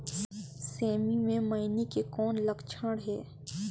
सेमी मे मईनी के कौन लक्षण हे?